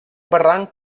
barranc